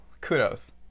Kudos